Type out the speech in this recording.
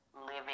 living